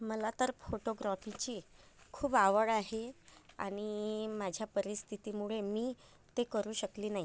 मला तर फोटोग्रॉफीची खूप आवड आहे आणि माझ्या परिस्थितीमुळे मी ते करू शकले नाही